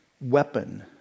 weapon